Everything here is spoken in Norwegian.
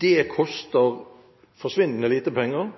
Det koster forsvinnende lite penger